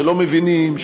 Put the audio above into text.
שלא מבינים,